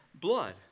blood